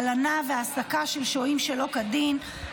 הלנה והעסקה של שוהים שלא כדין,